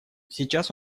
сейчас